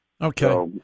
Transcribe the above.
Okay